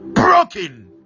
Broken